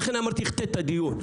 לכן אמרתי שהחטאת את הדיון.